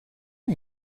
una